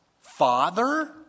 father